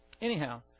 Anyhow